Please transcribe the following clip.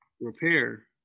repair